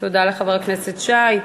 תודה לחבר הכנסת שי.